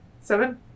Seven